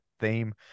theme